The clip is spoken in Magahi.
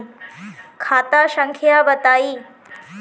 खाता संख्या बताई?